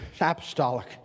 apostolic